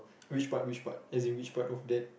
which part which part as in which part of that